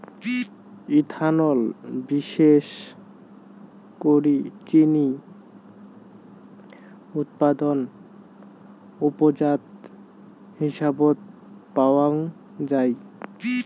ethanol বিশেষ করি চিনি উৎপাদন উপজাত হিসাবত পাওয়াঙ যাই